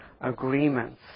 agreements